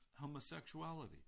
homosexuality